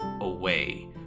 away